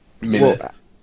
minutes